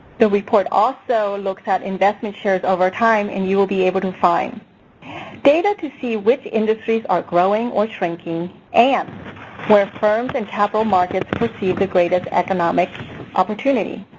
the report also looks at investment shares over the time. and you will be able to find data to see which industries are growing or shrinking and where firms and capital markets perceive the greatest economic opportunity.